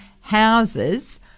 houses